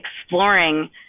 exploring